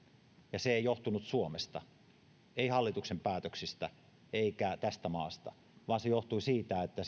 ja se ei johtunut suomesta ei hallituksen päätöksistä eikä tästä maasta vaan se johtui siitä että